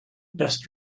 best